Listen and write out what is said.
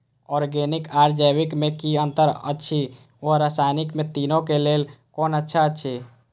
Organic आर जैविक में कि अंतर अछि व रसायनिक में तीनो क लेल कोन अच्छा अछि?